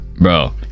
bro